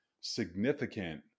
significant